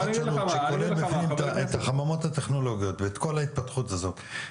שכולל בפנים את החממות הטכנולוגיות ואת כל ההתפתחות הזו,